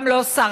גם לא שרה.